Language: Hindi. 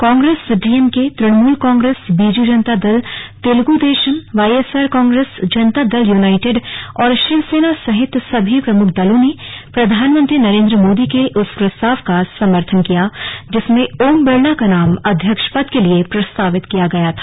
कांग्रेस डीएम के तृणमूल कांग्रेस बीजू जनता दल तेलगू देशम वाईएसआर कांग्रेस जनता दल यूनाइटेड और शिवसेना सहित सभी प्रमुख दलों ने प्रधानमंत्री नरेन्द्र मोदी के उस प्रस्ताव का समर्थन किया जिसमें ओम बिड़ला का नाम अध्यक्ष पद के लिए प्रस्तावित किया गया था